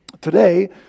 today